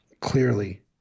clearly